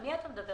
לא.